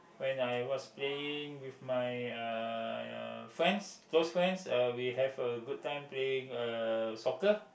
when I was playing with my uh friends close friends uh we have a good time playing uh soccer